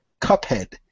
Cuphead